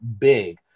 big